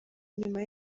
nyuma